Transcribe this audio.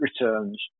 returns